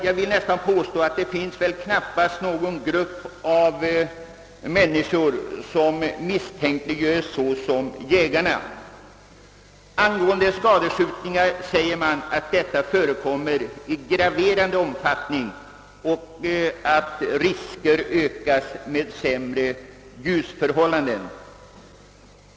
Jag vill nästan påstå att det knappast finns någon grupp av människor som misstänkliggörs så som jägarna. Angående skadskjutningar säger man att sådana förekommer i graverande omfattning och att riskerna härför ökas med sämre ljusförhållanden.